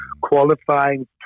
Qualifying